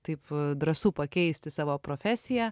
taip drąsu pakeisti savo profesiją